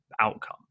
outcome